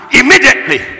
immediately